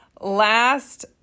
Last